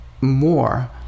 more